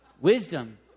wisdom